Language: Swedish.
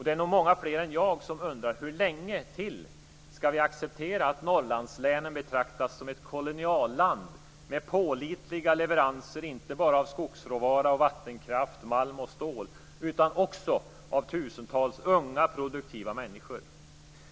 Det är nog många fler än jag som undrar hur länge till vi skall acceptera att Norrlandslänen betraktas som ett kolonialland med pålitliga leveranser inte bara av skogsråvara, vattenkraft, malm och stål utan också av tusentals unga produktiva människor.